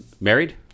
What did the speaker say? married